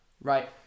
right